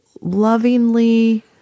lovingly